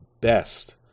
best